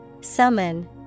summon